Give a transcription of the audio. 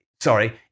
sorry